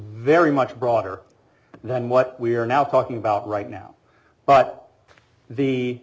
very much broader than what we are now talking about right now but the